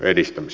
kiitos